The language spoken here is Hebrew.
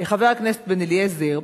חבר הכנסת בן-אליעזר,